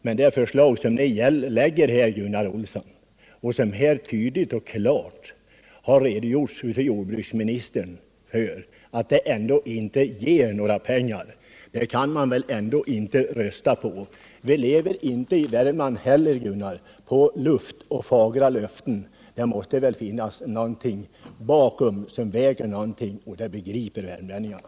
Men som jordbruksministern tydligt och klart har redogjort för ger ert förslag inte några pengar, och det tar mera pengar från värmlänningarna. Ett sådant förslag kan man väl ändå inte rösta på. Inte heller i Värmland kan vi leva på luft och fagra löften. Det måste finnas något bakom som väger någonting, och det begriper värmlänningarna.